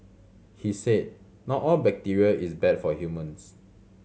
he said not all bacteria is bad for humans